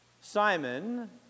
Simon